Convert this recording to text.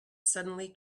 suddenly